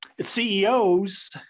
CEOs